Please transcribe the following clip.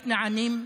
לכנענים.